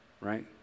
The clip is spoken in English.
right